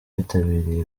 bitabiriye